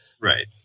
Right